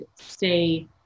stay